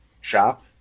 shop